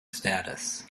status